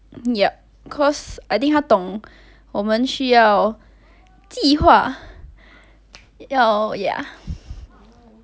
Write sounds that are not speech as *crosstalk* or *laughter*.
yup cause I think 他懂我们需要计划要 ya *breath*